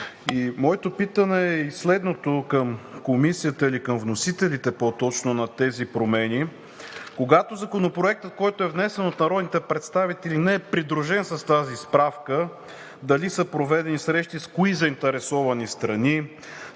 Моето питане към Комисията или по-точно към вносителите на тези промени е следното: когато Законопроектът, който е внесен от народните представители, не е придружен с тази справка, дали са проведени срещи, с кои заинтересовани страни,